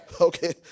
Okay